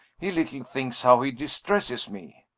he little thinks how he distresses me.